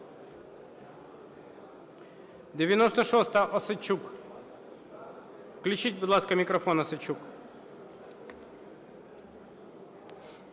96-а, Осадчук. Включіть, будь ласка, мікрофон, Осадчук.